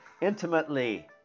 intimately